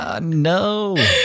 No